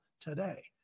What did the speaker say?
today